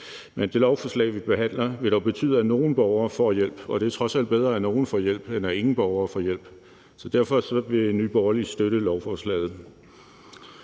Men det lovforslag, vi behandler, vil dog betyde, at nogle borgere får en hjælp, og det er trods alt bedre, at nogle får en hjælp, end at ingen får en hjælp, så derfor vil Nye Borgerlige støtte lovforslaget.